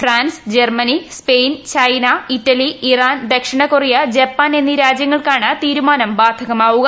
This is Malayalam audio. France Germany Spain China Italy Iran ദക്ഷിണ കൊറിയ ജപ്പാൻ എന്നീ രാജ്യങ്ങൾക്കാണ് തീരുമാനം ബാധകമാവുക